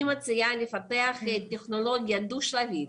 אני מציעה לפתח טכנולוגיה דו שלבית: